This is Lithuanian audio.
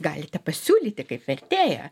galite pasiūlyti kaip vertėja